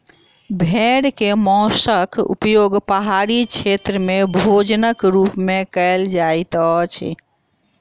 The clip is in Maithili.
भेड़ के मौंसक उपयोग पहाड़ी क्षेत्र में भोजनक रूप में कयल जाइत अछि